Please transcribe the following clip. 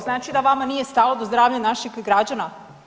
Znači, da vama nije stalo do zdravlja naših građana.